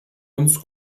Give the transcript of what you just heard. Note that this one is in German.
uns